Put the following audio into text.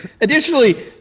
additionally